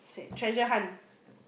treasure hunt